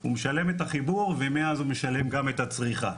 הוא משלם את החיבור ומאז הוא משלם גם את הצריכה.